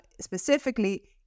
specifically